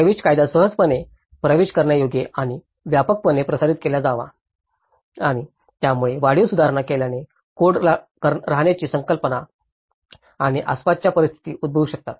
प्रवेश कायदा सहजपणे प्रवेश करण्यायोग्य आणि व्यापकपणे प्रसारित केला जावा आणि त्यामुळे वाढीव सुधारणा केल्याने कोड राहण्याची संकल्पना आणि आसपासच्या परिस्थिती उद्भवू शकतात